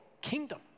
kingdom